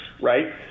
right